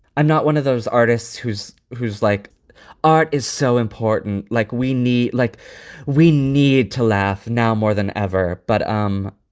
i'm not one of those artists who's who's, like art is so important. like, we need like we need to laugh now more than ever. but um